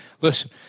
Listen